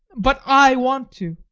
but i want to.